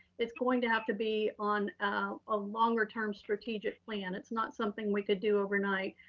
it's going to have to be on a longer-term strategic plan, it's not something we could do overnight.